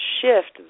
shift